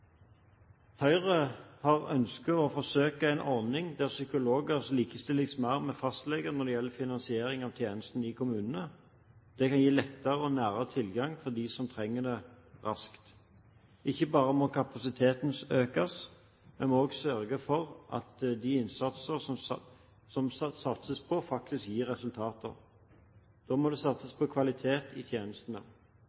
Høyre har ønsket å forsøke en ordning der psykologer likestilles mer med fastleger når det gjelder finansiering av tjenesten i kommunene. Det kan gi lettere og nærere tilgang for dem som trenger det raskt. Ikke bare må kapasiteten økes, men vi må også sørge for at de tiltak som det satses på, faktisk gir resultater. Da må det satses